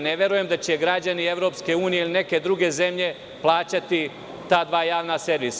Ne verujem da će građani EU ili neke druge zemlje plaćati ta dva javna servisa.